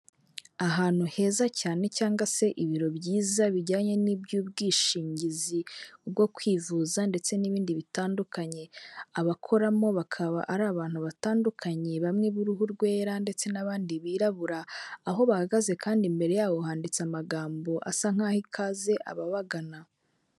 Ahantu heza cyane cyangwa se ibiro byiza bijyanye n'iby'ubwishingizi bwo kwivuza ndetse n'ibindi bitandukanye abakoramo bakaba ari abantu batandukanye bamwe b'uruhu rwera ndetse n'abandi birabura aho bahagaze kandi imbere yabo handitse amagambo asa nkaho aha ikaze ababagana .